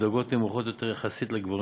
ובדרגות נמוכות יותר יחסית לגברים.